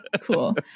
Cool